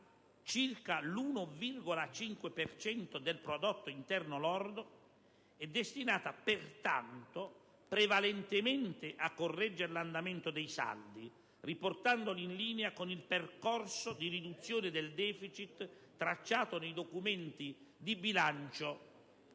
circa l'1,5 per cento del prodotto interno lordo, è destinata pertanto prevalentemente a correggere l'andamento dei saldi riportandoli in linea con il percorso di riduzione del*deficit* tracciato nei documenti di bilancio